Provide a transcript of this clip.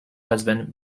husband